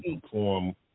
perform